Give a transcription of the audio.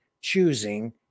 choosing